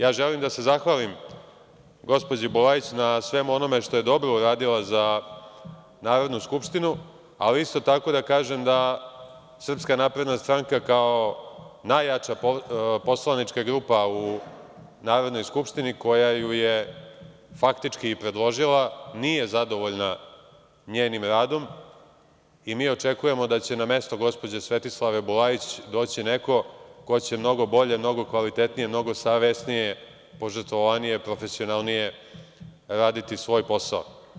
Ja želim da se zahvalim gospođi Bulajić na svemu onome što je dobro uradila za Narodnu skupštinu, ali, isto tako, da kažem i da Srpska napredna stranka, kao najjača poslanička grupa u Narodnoj skupštini koja ju je faktički i predložila, nije zadovoljna njenim radom i mi očekujemo da će na mesto gospođe Svetislave Bulajić doći neko ko će mnogo bolje, mnogo kvalitetnije, mnogo savesnije, požrtvovanije, profesionalnije, raditi svoj posao.